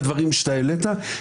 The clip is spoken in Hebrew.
נאמתי במליאה,